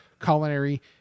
culinary